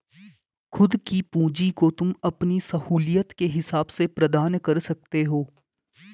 खुद की पूंजी को तुम अपनी सहूलियत के हिसाब से प्रदान कर सकते हो